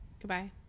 Goodbye